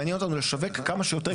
מעניין אותנו לשווק כמה שיותר.